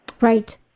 Right